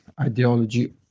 ideology